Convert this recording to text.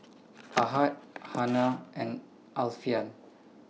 Ahad Hana and Alfian